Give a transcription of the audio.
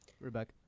Rebecca